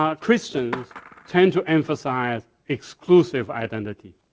ah christians tend to emphasize exclusive identity.